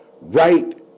right